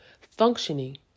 functioning